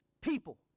people